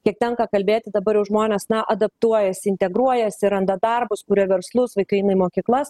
kiek tenka kalbėti dabar jau žmonės na adaptuojasi integruojasi randa darbus kuria verslus vaikai eina į mokyklas